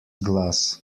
glas